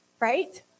right